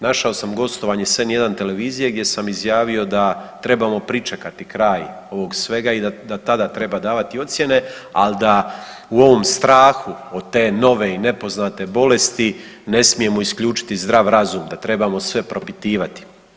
Našao sam gostovanje sa N1 televizije gdje sam izjavio da trebamo pričekati kraj ovog svega i da tada treba davati ocjene, ali da u ovom strahu od te nove i nepoznate bolesti ne smijemo isključiti zdrav razum, da trebamo sve propitivati.